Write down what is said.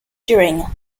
during